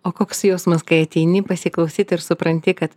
o koks jausmas kai ateini pasiklausyt ir supranti kad